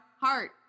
heart